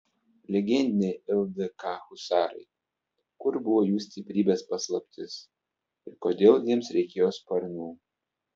legendiniai ldk husarai kur buvo jų stiprybės paslaptis ir kodėl jiems reikėjo sparnų